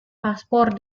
paspor